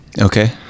Okay